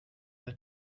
the